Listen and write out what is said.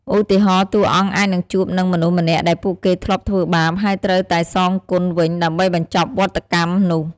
ឧទាហរណ៍ តួអង្គអាចនឹងជួបនឹងមនុស្សម្នាក់ដែលពួកគេធ្លាប់ធ្វើបាប ហើយត្រូវតែសងគុណវិញ ដើម្បីបញ្ចប់វដ្តកម្មនោះ។